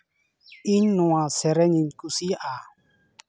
ᱤᱧ ᱱᱚᱣᱟ ᱥᱮᱨᱮᱧ ᱤᱧ ᱠᱩᱥᱤᱭᱟᱜᱼᱟ